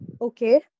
Okay